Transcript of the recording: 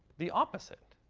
the opposite.